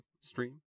stream